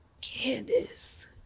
Candace